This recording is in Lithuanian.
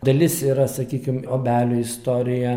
dalis yra sakykim obelių istorija